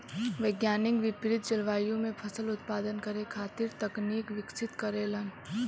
वैज्ञानिक विपरित जलवायु में फसल उत्पादन करे खातिर तकनीक विकसित करेलन